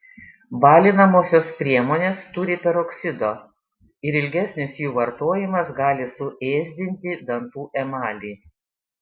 balinamosios priemonės turi peroksido ir ilgesnis jų vartojimas gali suėsdinti dantų emalį